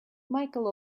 michael